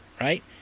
right